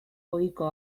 ohiko